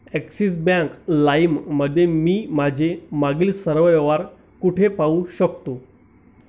axis bank लाईममध्ये मी माझे मागील सर्व व्यवहार कुठे पाहू शकतो